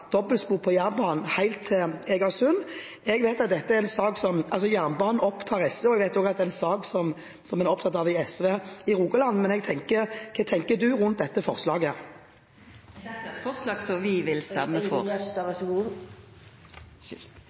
dobbeltspor på Jærbanen helt til Egersund – jernbanen opptar jo SV, og jeg vet at dette er en sak man er opptatt av i SV i Rogaland: Hva tenker representanten Gjerstad om dette forslaget? Dette er eit forslag som vi nok vil stemma for